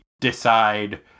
decide